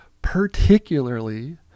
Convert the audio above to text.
Particularly